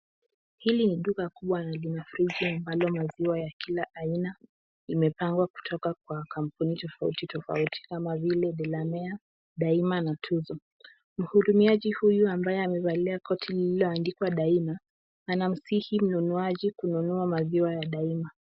Hili ni duka kubwa na lina friji ambapo maziwa ya kila aina imepangwa kutoka kwa kampuni tofauti tofauti kama vile Delamere, Daima na Tuzo. Mhudumiaji huyu ambaye amevalia koti lililoandikwa Daima, anamsihi mnunuaji kununua maziwa ya Daima.